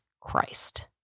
Christ